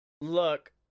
look